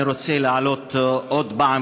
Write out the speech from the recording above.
אני רוצה להעלות עוד פעם,